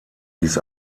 dies